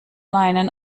meinen